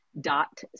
dot